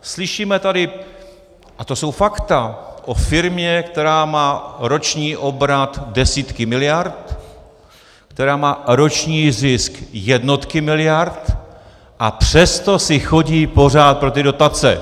Slyšíme tady, a to jsou fakta, o firmě, která má roční obrat desítky miliard, která má roční zisk jednotky miliard, a přesto si chodí pořád pro ty dotace.